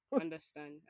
Understand